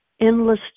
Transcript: endless